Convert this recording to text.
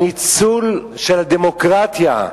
הדמוקרטיה,